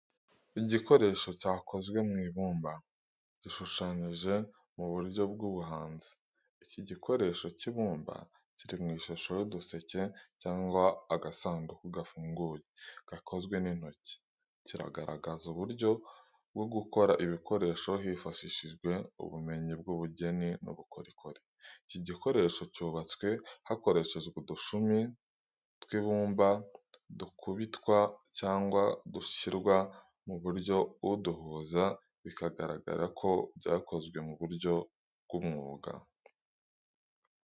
Igikoresho cyakozwe mu ibumba gishushanyije mu buryo bw’ubuhanzi. Iki ni igikoresho cy'ibumba kiri mu ishusho y'uduseke cyangwa agasanduku gafunguye, gakozwe n’intoki. Kiragaragaza uburyo bwo gukora ibikoresho hifashishijwe ubumenyi bw’ubugeni n’ubukorikori. Iki gikoresho cyubatswe hakoreshejwe udushumi tw’ibumba dukubitwa cyangwa dushyirwa mu murongo uduhuza, bikagaragara ko byakozwe mu buryo bw'ubuhanga.